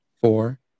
four